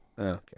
Okay